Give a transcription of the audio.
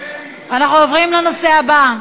אנחנו עוברים לנושא הבא: